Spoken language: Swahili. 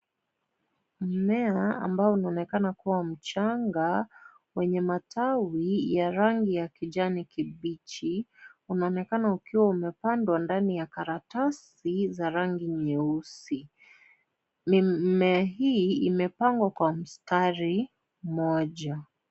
Mmea ambao unaonekana kuwa mchanga wenye majani ya rangi ya kijani kibichi unaonekana ukiwa umepandwa ndani ya karatasi zenye rangi nyeusi. Mimea hii imepangwa kwa mstari moja.